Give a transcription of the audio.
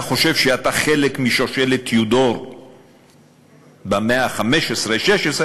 חושב שאתה חלק משושלת טיודור במאה ה-15 16,